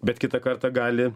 bet kitą kartą gali